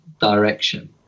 direction